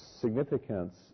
significance